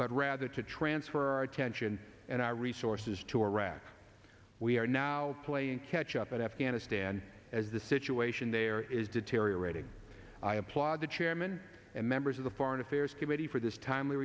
but rather to transfer our attention and our resources to iraq we are now playing catch up in afghanistan as the situation there is deteriorating plaza chairman and members of the foreign affairs committee for this time